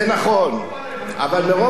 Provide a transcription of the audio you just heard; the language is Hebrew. אבל מרוב שאמרנו לעצמנו,